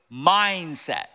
mindset